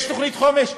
יש תוכנית חומש?